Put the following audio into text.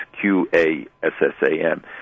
Q-A-S-S-A-M